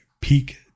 peak